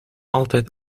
altijd